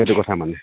সেইটো কথা মানে